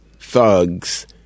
thugs